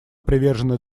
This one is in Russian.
привержено